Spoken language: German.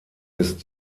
ist